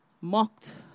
mocked